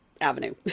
avenue